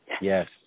Yes